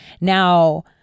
Now